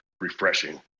refreshing